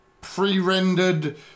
pre-rendered